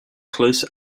close